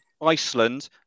Iceland